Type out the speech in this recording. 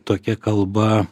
tokia kalba